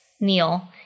Neil